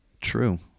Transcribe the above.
True